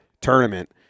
tournament